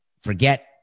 forget